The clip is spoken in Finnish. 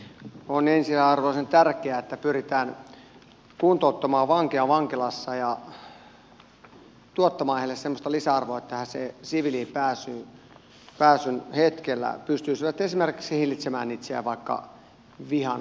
on ensiarvoisen tärkeää että pyritään kuntouttamaan vankeja vankilassa ja tuottamaan heille semmoista lisäarvoa että he siviiliin pääsyn hetkellä pystyisivät esimerkiksi hillitsemään itseään vaikkapa vihan suhteen